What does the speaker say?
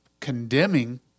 condemning